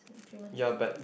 uh three months before